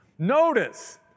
Notice